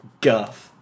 guff